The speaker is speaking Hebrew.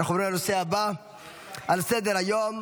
אנחנו עוברים לנושא הבא על סדר-היום: